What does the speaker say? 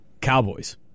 Cowboys